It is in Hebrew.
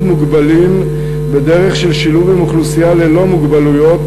מוגבלים בדרך של שילוב עם אוכלוסייה ללא מוגבלויות,